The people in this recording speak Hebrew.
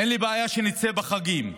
אין לי בעיה שנצא בחגים.